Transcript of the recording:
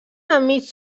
enmig